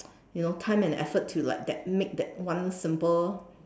you know time and effort to like that make that one simple